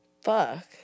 Fuck